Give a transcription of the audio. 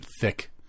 thick